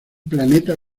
planeta